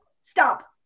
stop